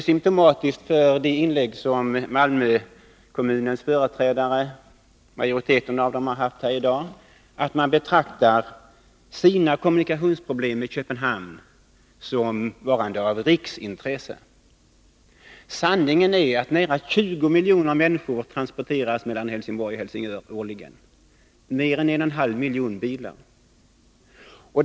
Symtomatiskt för de inlägg som majoriteten av Malmö kommuns företrädare har gjort här i dag är att de betraktar sina problem i fråga om kommunikationerna med Köpenhamn som varande av riksintresse. Sanningen är att nära 20 miljoner människor och mer än 1,5 miljon bilar årligen transporteras mellan Helsingborg och Helsingör.